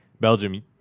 belgium